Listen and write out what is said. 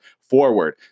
forward